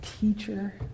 teacher